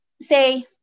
say